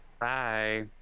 Bye